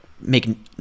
make